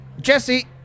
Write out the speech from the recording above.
Jesse